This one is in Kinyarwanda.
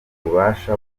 ububasha